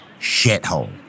shithole